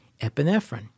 epinephrine